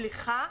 סליחה,